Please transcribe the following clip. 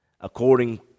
According